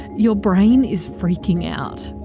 your brain is freaking out.